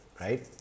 right